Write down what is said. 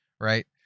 right